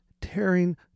tearing